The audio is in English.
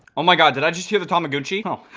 oh my god, did i just hear the tom iguchi? oh,